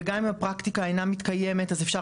וגם אם הפרקטיקה אינה מתקיימת אז אפשר